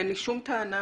אין לי שום טענה